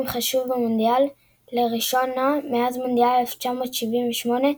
חשוב במונדיאל לראשונה מאז מונדיאל 1978,